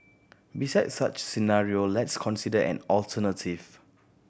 besides such scenario let's consider an alternative